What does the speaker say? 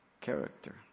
character